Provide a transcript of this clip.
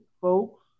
folks